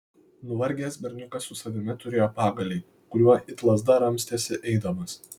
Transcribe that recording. nuvargęs berniukas su savimi turėjo pagalį kuriuo it lazda ramstėsi eidamas